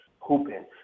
hooping